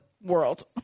world